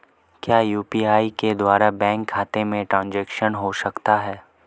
क्या यू.पी.आई के द्वारा बैंक खाते में ट्रैन्ज़ैक्शन हो सकता है?